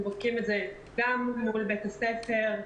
אנחנו בודקים את זה גם מול בית הספר,